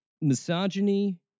misogyny